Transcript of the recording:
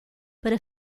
para